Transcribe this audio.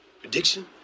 Prediction